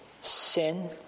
sin